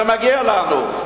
זה מגיע לנו,